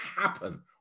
happen